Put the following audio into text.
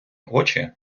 очі